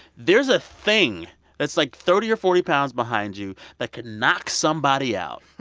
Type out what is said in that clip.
there's a thing that's, like, thirty or forty pounds behind you that can knock somebody out.